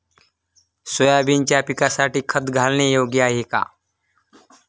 सोयाबीनच्या पिकासाठी खत घालणे योग्य आहे का?